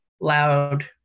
loud